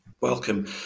Welcome